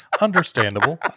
Understandable